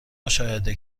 مشاهده